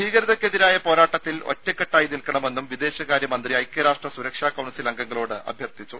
ഭീകരതയ്ക്കെതിരായ പോരാട്ടത്തിൽ ഒറ്റക്കെട്ടായി നിൽക്കണമന്നും വിദേശകാര്യ മന്ത്രി ഐക്യരാഷ്ട്ര സുരക്ഷാ കൌൺസിൽ അംഗങ്ങളോട് അഭ്യർഥിച്ചു